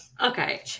okay